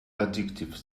addictive